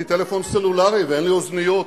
אין לי טלפון סלולרי ואין לי אוזניות.